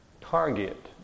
Target